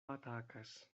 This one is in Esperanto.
atakas